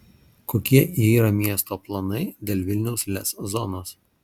kokie yra miesto planai dėl vilniaus lez zonos